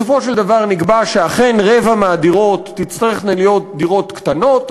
בסופו של דבר נקבע שאכן רבע מהדירות תצטרכנה להיות דירות קטנות,